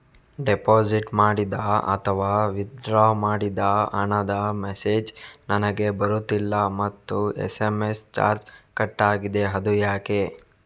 Deposit ಮಾಡಿದ ಅಥವಾ withdraw ಮಾಡಿದ ಹಣದ ಮೆಸೇಜ್ ನನಗೆ ಬರುತ್ತಿಲ್ಲ ಮತ್ತು ಎಸ್.ಎಂ.ಎಸ್ ಚಾರ್ಜ್ ಕಟ್ಟಾಗಿದೆ ಅದು ಯಾಕೆ?